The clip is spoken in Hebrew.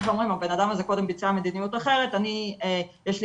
שאומרים 'הבנאדם הזה קודם ביצע מדיניות אחרת יש לי